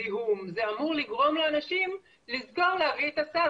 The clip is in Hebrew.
זה אמור לגרום לאנשים לזכור להביא את הסל.